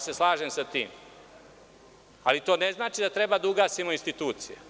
Slažem se sa tim, ali to ne znači da treba da ugasimo institucije.